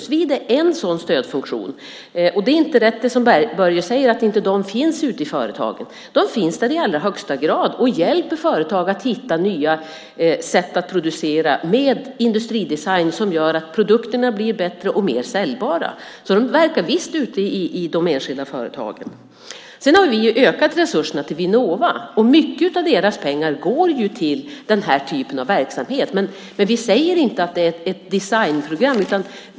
Svid är en sådan stödfunktion. Det är inte rätt som Börje säger att de inte finns ute i företagen. De finns där i allra högsta grad och hjälper företag att hitta nya sätt att producera, med industridesign som gör att produkterna blir bättre och mer säljbara. De verkar visst ute i de enskilda företagen. Sedan har vi ökat resurserna till Vinnova. Mycket av deras pengar går ju till den här typen av verksamhet, men vi säger inte att det är ett designprogram.